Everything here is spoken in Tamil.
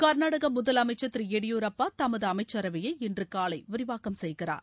கா்நாடகா முதலமைச்சா் திரு எடியூரப்பா தமது அமைச்சரவையை இன்று காலை விரிவாக்கம் செய்கிறார்